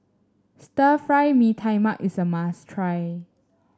Stir Fry Mee Tai Mak is a must try